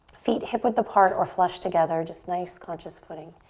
feet hip width apart or flush together, just nice conscious footing.